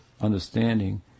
understanding